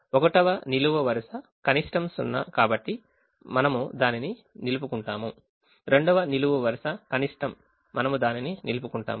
1వ నిలువు వరుస కనిష్టం సున్నా కాబట్టి మనము దానిని నిలుపుకుంటాము 2వ నిలువు వరుస కనిష్టం సున్నా మనము దానిని నిలుపుకుంటాము